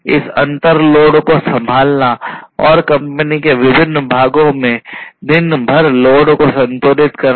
इस अंतर लोड को संभालना और कंपनी के विभिन्न भागों में दिन भर लोड को संतुलित करना